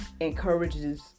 encourages